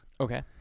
okay